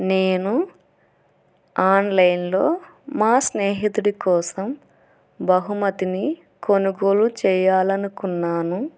నేను ఆన్లైన్లో మా స్నేహితుడి కోసం బహుమతిని కొనుగోలు చేయాలనుకున్నాను